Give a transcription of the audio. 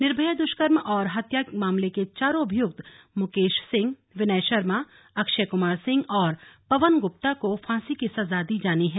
निर्भया दुष्कर्म और हत्या मामले के चारों अभियुक्त मुकेश सिंह विनय शर्मा अक्षय कुमार सिंह और पवन गुप्ता को फांसी की सजा दी जानी है